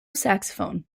saxophone